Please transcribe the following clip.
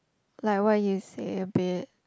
like what you say a bit